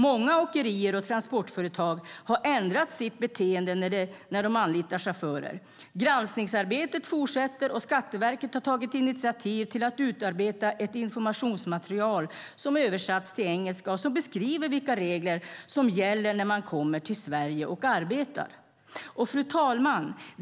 Många åkerier och transportföretag har ändrat sitt beteende när de anlitar chaufförer. Granskningsarbetet fortsätter, och Skatteverket har tagit initiativ till att utarbeta ett informationsmaterial som översatts till engelska och som beskriver vilka regler som gäller när man kommer till Sverige och arbetar. Fru talman!